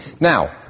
Now